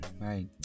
right